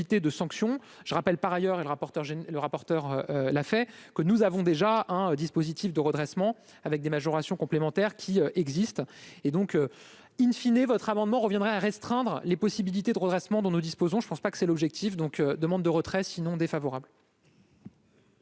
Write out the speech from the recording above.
je rappelle, par ailleurs, et le rapporteur le rapporteur la fait que nous avons déjà un dispositif de redressement avec des majorations complémentaires qui existe et donc in fine et votre amendement reviendrait à restreindre les possibilités de redressement dont nous disposons, je ne pense pas que c'est l'objectif donc : demande de retrait sinon défavorable.